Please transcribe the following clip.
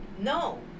No